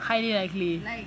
highly likely